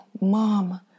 Mom